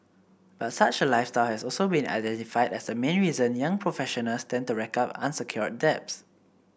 but such a lifestyle has also been identified as the main reason young professionals tend to rack up unsecured debts